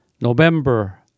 November